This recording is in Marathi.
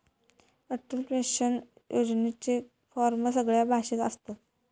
अटल पेंशन योजनेचे फॉर्म सगळ्या भाषेत असत